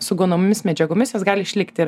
su gaunamomis medžiagomis jos gali išlikti ir